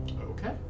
Okay